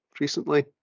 recently